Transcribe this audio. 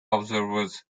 observers